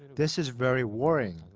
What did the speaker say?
this is very worrying.